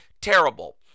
terrible